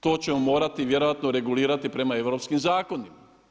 To ćemo morati vjerojatno regulirati prema europskim zakonima.